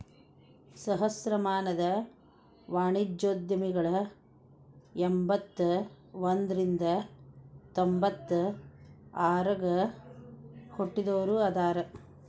ಸಹಸ್ರಮಾನದ ವಾಣಿಜ್ಯೋದ್ಯಮಿಗಳ ಎಂಬತ್ತ ಒಂದ್ರಿಂದ ತೊಂಬತ್ತ ಆರಗ ಹುಟ್ಟಿದೋರ ಅದಾರ